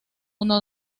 uno